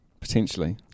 potentially